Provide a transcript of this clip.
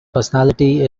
personality